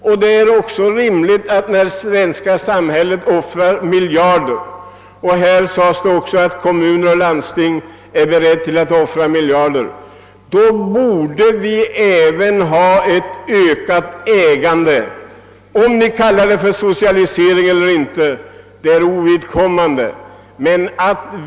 När det svenska samhället offrar miljarder — här har också sagts att kommuner och landsting är beredda att offra miljoner — på näringslivet borde samhället också i större utsträckning äga produktionsmedlen; om man kallar det för socialisering eller inte är ovidkommande.